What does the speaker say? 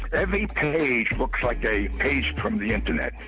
every page looks like a page from the internet.